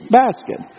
basket